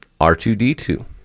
R2D2